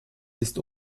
ist